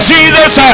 Jesus